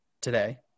today